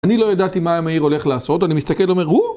אני לא ידעתי מה המאיר הולך לעשות, אני מסתכל ואומר, הוו!